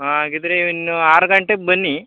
ಹಾಗಿದ್ರೆ ಇನ್ನು ನೀವು ಆರು ಗಂಟೆಗೆ ಬನ್ನಿ